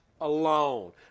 alone